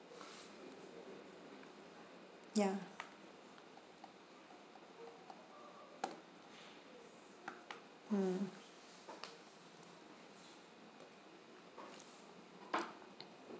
ya mm